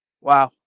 Wow